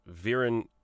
Viren